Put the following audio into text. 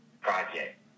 project